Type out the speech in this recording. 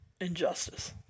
Injustice